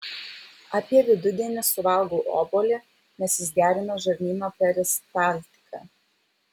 apie vidudienį suvalgau obuolį nes jis gerina žarnyno peristaltiką